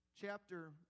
chapter